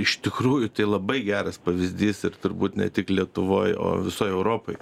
iš tikrųjų tai labai geras pavyzdys ir turbūt ne tik lietuvoj o visoj europoj